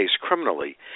criminally